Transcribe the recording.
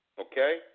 Okay